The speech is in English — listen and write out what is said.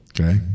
Okay